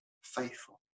faithful